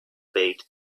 bade